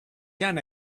can